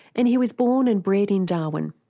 and he was born and bred in darwin.